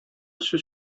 сүз